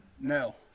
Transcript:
No